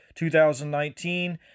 2019